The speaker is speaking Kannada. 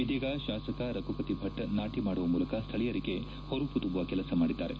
ಇದೀಗ ಶಾಸಕ ರಘುಪತಿ ಭಟ್ ನಾಟಿ ಮಾಡುವ ಮೂಲಕ ಸ್ಥಳೀಯರಿಗೆ ಹುರುಪು ತುಂಬುವ ಕೆಲಸ ಮಾಡಿದ್ದಾರೆ